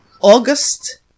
August